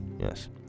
Yes